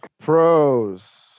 pros